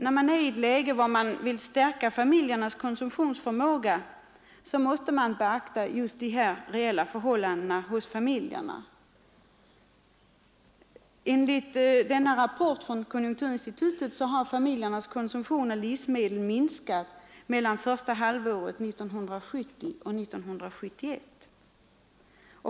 När man är i ett läge där man vill stärka familjernas konsumtionsförmåga, måste man beakta de reella förhållandena hos familjerna. Enligt rapporten från konjunkturinstitutet har familjernas konsumtion av livsmedel minskat mellan första halvåret 1970 och 1971.